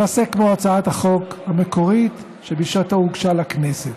למעשה כמו הצעת החוק המקורית שבשעתו הוגשה לכנסת.